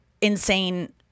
insane